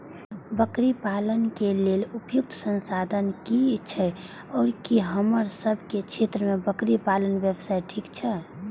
बकरी पालन के लेल उपयुक्त संसाधन की छै आर की हमर सब के क्षेत्र में बकरी पालन व्यवसाय ठीक छै?